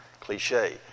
cliche